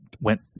went